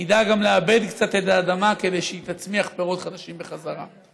ידע גם ועבד קצת את האדמה כדי שהיא תצמיח פירות חדשים בחזרה.